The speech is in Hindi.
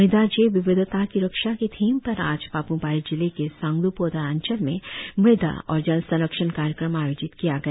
म़दा जैव विविधता की रक्षा की थीम पर आज पाप्मपारे जिले के सांगद्पोता अंचल में मृदा और जल संरक्षण कार्यक्रम आयोजित किया गया